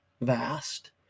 vast